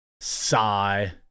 Sigh